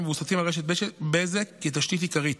מבוססים על רשת בזק כתשתית עיקרית,